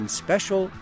special